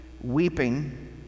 weeping